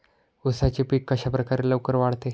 उसाचे पीक कशाप्रकारे लवकर वाढते?